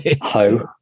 Ho